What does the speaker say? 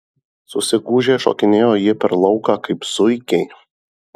susigūžę šokinėjo jie per lauką kaip zuikiai